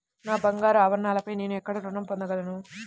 నా బంగారు ఆభరణాలపై నేను ఎక్కడ రుణం పొందగలను?